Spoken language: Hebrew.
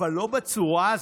אבל לא בצורה הזאת,